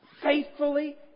faithfully